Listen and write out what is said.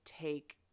take